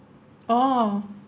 oh